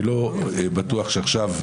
אני לא בטוח שעכשיו,